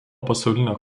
pasaulinio